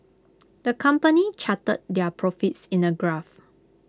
the company charted their profits in A graph